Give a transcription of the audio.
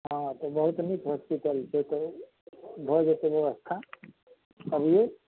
हँ तऽ बहुत नीक हॉस्पिटल छै तऽ भऽ जेतै ब्यवस्था अबियौ